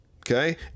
Okay